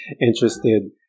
interested